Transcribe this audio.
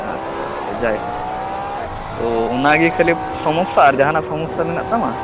ᱟᱪᱷᱟ ᱟᱪᱷᱟ ᱡᱟᱭ ᱦᱳᱠ ᱚᱸᱻ ᱚᱱᱟᱜᱮ ᱠᱷᱟᱹᱞᱤ ᱥᱚᱢᱳᱥᱟ ᱟᱨ ᱡᱟᱦᱟᱱᱟᱜ ᱥᱚᱢᱳᱥᱟ ᱢᱮᱱᱟᱜ ᱛᱟᱢᱟ